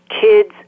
kids